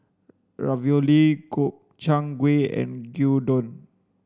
Ravioli Gobchang Gui and Gyudon